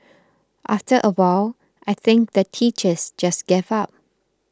after a while I think the teachers just gave up